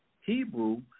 Hebrew